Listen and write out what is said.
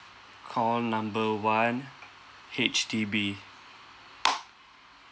call number one H_D_B